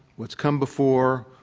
what's come before,